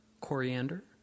Coriander